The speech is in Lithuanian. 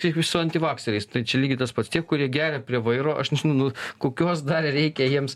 kaip ir su anktivakseriais tai čia lygiai tas pats tie kurie geria prie vairo aš nežinau nu kokios dar reikia jiems